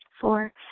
Four